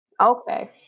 Okay